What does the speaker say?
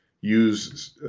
use